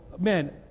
man